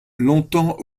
longtemps